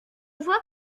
vois